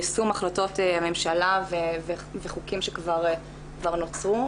יישום החלטות הממשלה וחוקים שכבר נוצרו,